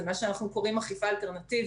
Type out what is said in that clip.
אנחנו מכנים זאת: "אכיפה אלטרנטיבית".